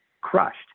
crushed